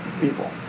people